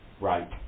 Right